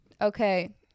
Okay